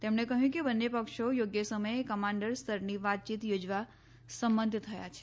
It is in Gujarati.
તેમણે કહ્યું કે બંન્ને પક્ષો યોગ્ય સમયે કમાન્ડર સ્તરની વાતચીત યોજવા સંમત થયા છે